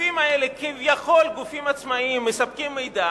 הגופים האלה, כביכול גופים עצמאיים, מספקים מידע,